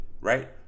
right